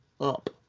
up